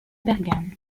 bergame